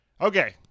Okay